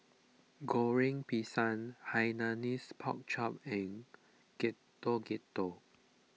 Goreng Pisang Hainanese Pork Chop and Getuk Getuk